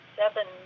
seven